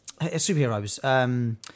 Superheroes